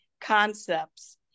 concepts